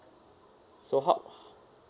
so how